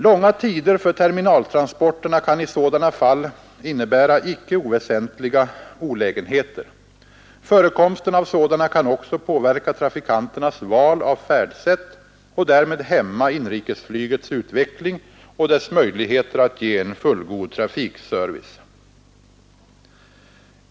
Långa tider för terminaltransporterna kan i sådana fall innebära icke oväsentliga olägenheter. Förekomsten av sådana kan också påverka trafikanternas val av färdsätt och därmed hämma inrikesflygets utveckling och dess möjligheter att ge en fullgod trafikservice.